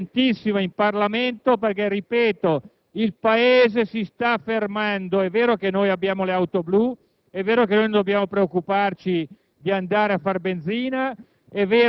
sollecitare la sua presenza urgentissima in Parlamento perché - ripeto - il Paese si sta fermando. È vero che noi abbiamo le auto blu e quindi non dobbiamo preoccuparci